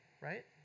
right